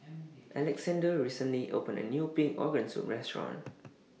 Alexandr recently opened A New Pig Organ Soup Restaurant